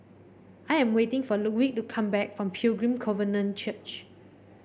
I am waiting for Ludwig to come back from Pilgrim Covenant Church